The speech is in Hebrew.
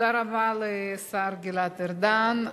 תודה רבה לשר גלעד ארדן.